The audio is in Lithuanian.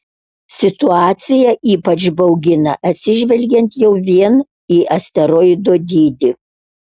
situacija ypač baugina atsižvelgiant jau vien į asteroido dydį